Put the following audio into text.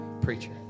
preacher